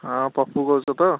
ହଁ ପପୁ କହୁଛ ତ